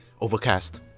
Overcast